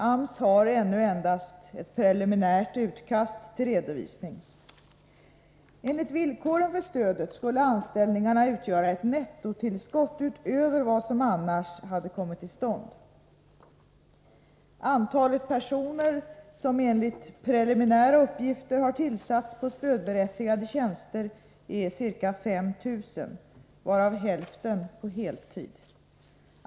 AMS har ännu endast ett preliminärt utkast till redovisning. Enligt villkoren för stödet skulle anställningarna utgöra ett nettotillskott utöver vad som annars hade kommit till stånd. Antalet personer som, enligt preliminära uppgifter, har tillsatts på stödberättigade tjänster är ca 5 000, varav hälften på heltid.